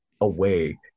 away